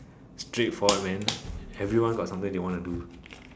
straightforward man everyone got something they wanna do